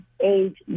age